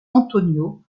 antonio